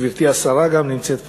גברתי השרה גם נמצאת פה.